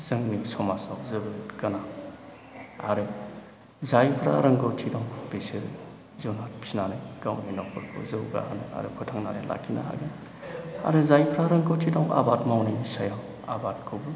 जोंनि समाजाव जोबोद गोनां आरो जायफ्रा रोंगौथि दं बिसोरो जोंहा फिसिनानै गावनि न'खरखौ जौगाहोनो आरो फोथांनानै लाखिनो हागोन आरो जायफ्रा रोंगौथि दं आबाद मावनायनि सायाव आबादखौबो